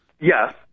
Yes